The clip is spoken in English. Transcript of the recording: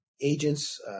agents